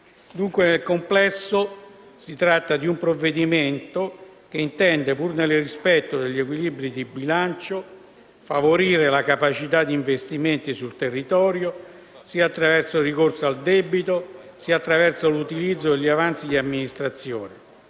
Dunque, nel complesso, si tratta di un provvedimento che intende, pur nel rispetto degli equilibri di bilancio, favorire la capacità di investimenti sul territorio attraverso sia il ricorso al debito che l'utilizzo degli avanzi di amministrazione,